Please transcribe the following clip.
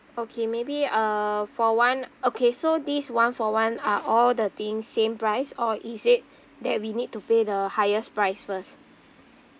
okay maybe uh for one okay so this one-for-one are all the things same price or is it that we need to pay the highest price first